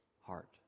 heart